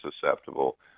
susceptible